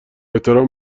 احترام